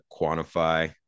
quantify